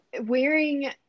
wearing